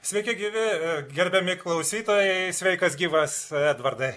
sveiki gyvi gerbiami klausytojai sveikas gyvas edvardai